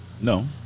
No